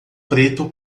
preto